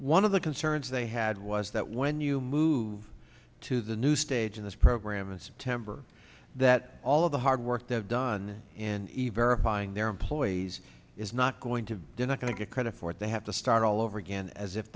one of the concerns they had was that when you move to the new stage of this program it's temper that all of the hard work the done in buying their employees is not going to they're not going to get credit for it they have to start all over again as if